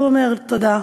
והוא אומר: תודה,